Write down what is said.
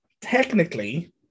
technically